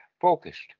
focused